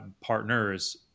partners